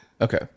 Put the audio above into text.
Okay